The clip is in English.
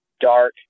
dark